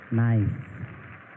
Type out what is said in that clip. Nice